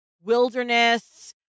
wilderness